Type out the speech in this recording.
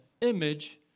image